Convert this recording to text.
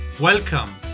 Welcome